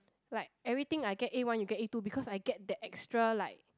like everything I get A one you get A two because I get the extra like